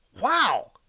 wow